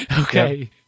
Okay